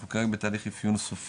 אנחנו כרגע בתהליך אפיון סופי,